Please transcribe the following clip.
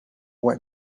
went